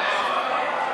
פולקמן, סליחה.